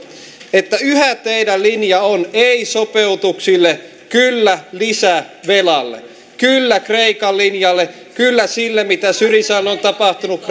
että yhä teidän linjanne on ei sopeutuksille kyllä lisävelalle kyllä kreikan linjalle kyllä sille mitä syrizalle on tapahtunut